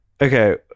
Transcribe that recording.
Okay